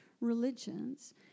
religions